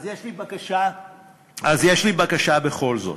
אז יש לי בקשה בכל זאת,